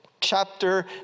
chapter